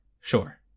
sure